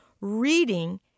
Reading